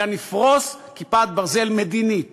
אלא נפרוס כיפת ברזל מדינית